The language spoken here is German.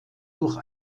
durch